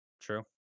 True